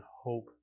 hope